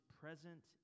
present